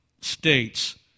states